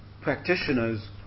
practitioners